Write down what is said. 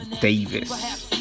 Davis